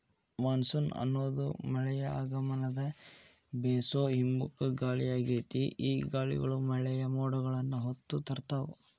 monsoon ಅನ್ನೋದು ಮಳೆಯ ಆಗಮನದ ಬೇಸೋ ಹಿಮ್ಮುಖ ಗಾಳಿಯಾಗೇತಿ, ಈ ಗಾಳಿಗಳು ಮಳೆಯ ಮೋಡಗಳನ್ನ ಹೊತ್ತು ತರ್ತಾವ